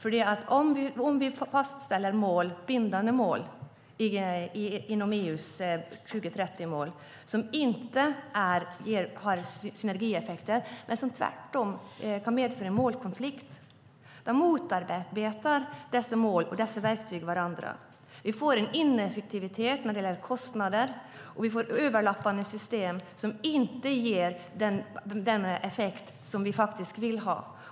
Om vi fastställer bindande mål inom EU:s 2030-mål som inte ger synergieffekter, utan tvärtom kan medföra målkonflikter, motarbetar dessa mål och verktyg varandra. Vi får en ineffektivitet när det gäller kostnader. Vi får överlappande system som inte ger den effekt som vi vill ha.